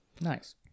Nice